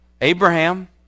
Abraham